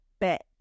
bet